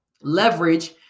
leverage